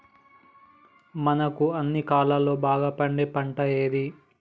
మనకు అన్ని కాలాల్లో బాగా పండే పంట ఏది?